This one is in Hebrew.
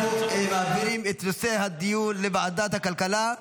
אנחנו מעבירים את נושא הדיון לוועדת הכלכלה.